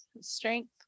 Strength